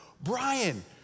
Brian